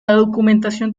documentación